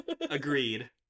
Agreed